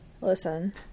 Listen